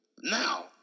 now